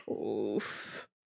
Oof